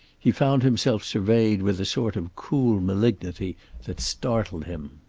he found himself surveyed with a sort of cool malignity that startled him.